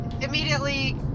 immediately